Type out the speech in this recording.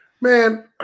Man